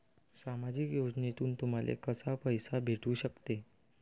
सामाजिक योजनेतून तुम्हाले कसा पैसा भेटू सकते?